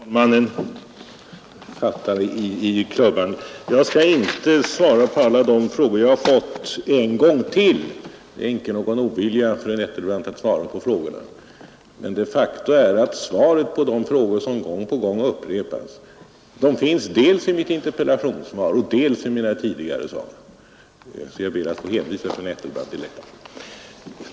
Herr talman! Jag såg att herr talmannen fattade klubban, och jag skall inte svara en gång till på alla de frågor jag har fått. Det finns inte någon ovilja från min sida, fru Nettelbrandt, att svara. Men faktum är att svaren på de frågor som gång på gång upprepas redan har lämnats, dels i mitt interpellationssvar, dels i mina tidigare inlägg, och jag ber att få hänvisa fru Nettelbrandt till dessa.